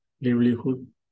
livelihood